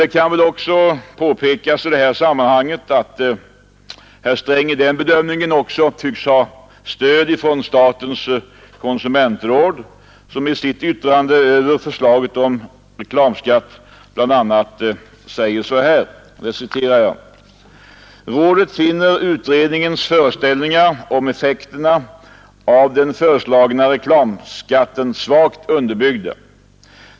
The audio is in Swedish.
Det kan också påpekas i detta sammanhang att herr Sträng i den bedömningen tycks ha stöd från statens konsumentråd, som i sitt yttrande över förslaget om reklamskatt bl.a. anför följande: ”Rådet finner utredningens föreställningar om effekterna av den föreslagna reklamskatten svagt underbyggda.